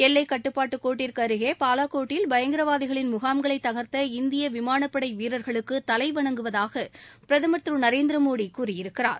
எல்லைக்கட்டுப்பாட்டு கோட்டிற்கு அருகே பாலகோட்டில் பயங்கரவாதிகளின் முகாம்களை தகர்த்த இந்திய விமானபடை வீரர்களுக்கு தலைவணங்குவதாக பிரதமர் திரு நரேந்திரமோடி கூறியிருக்கிறார்